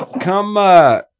Come